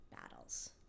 battles